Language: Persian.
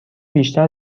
بیشتر